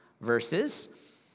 verses